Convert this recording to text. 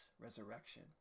resurrection